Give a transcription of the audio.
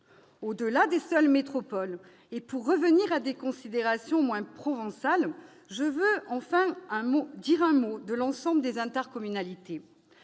Au-delà des seules métropoles, et pour revenir à des considérations moins provençales, je veux dire un mot de l'ensemble des intercommunalités.